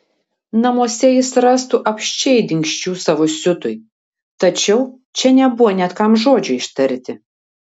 namuose jis rastų apsčiai dingsčių savo siutui tačiau čia nebuvo net kam žodžio ištarti